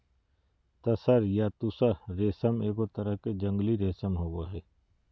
तसर या तुसह रेशम एगो तरह के जंगली रेशम होबो हइ